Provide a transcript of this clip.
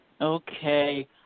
Okay